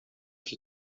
que